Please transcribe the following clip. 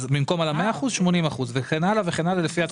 במקום על ה-100 אחוזים יהיה 80 אחוזים וכן הלאה וכן הלאה לפי התקופה.